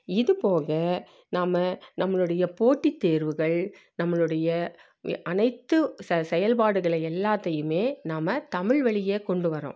இது போக நாம நம்மளுடைய போட்டி தேர்வுகள் நம்மளுடைய அனைத்து செயல்பாடுகள் எல்லாத்தையும் நாம் தமிழ் வழிய கொண்டு வர்றோம்